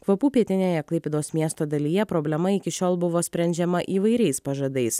kvapų pietinėje klaipėdos miesto dalyje problema iki šiol buvo sprendžiama įvairiais pažadais